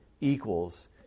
equals